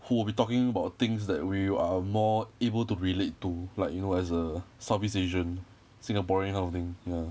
who will be talking about things that we are more able to relate to like you know as a southeast asian singaporean kind of thing ya